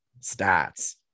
stats